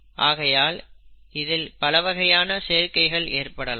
ஆகையால் இதில் பலவகையான சேர்க்கைகள் ஏற்படலாம்